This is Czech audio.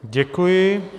Děkuji.